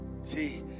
See